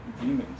demons